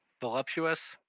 Voluptuous